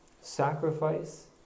Sacrifice